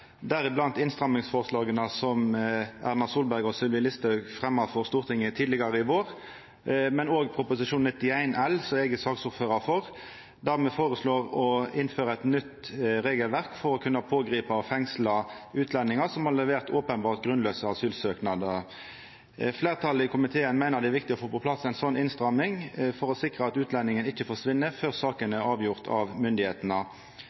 deriblant innstrammingsforslaga som Erna Solberg og Sylvi Listhaug fremja for Stortinget tidlegare i vår, men òg Innst. 389 L – som har grunnlag i Prop. 91 L – og som eg er saksordførar for, der me føreslår å innføra eit nytt regelverk for å kunna pågripa og fengsla utlendingar som har levert openbert grunnlause asylsøknader. Fleirtalet i komiteen meiner det er viktig å få på plass ei slik innstramming for å sikra at utlendingen ikkje forsvinn før saka